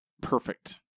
perfect